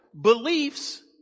beliefs